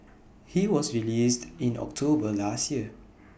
he was released in October last year